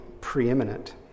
preeminent